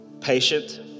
Patient